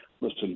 listen